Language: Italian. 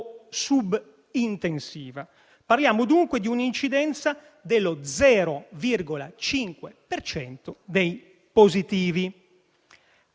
subintensiva. Parliamo dunque di un'incidenza dello 0,5 per cento